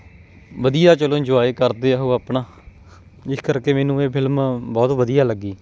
ਵਧੀਆ ਚਲੋ ਇੰਜੋਏ ਕਰਦੇ ਆ ਉਹ ਆਪਣਾ ਇਸ ਕਰਕੇ ਮੈਨੂੰ ਇਹ ਫਿਲਮ ਬਹੁਤ ਵਧੀਆ ਲੱਗੀ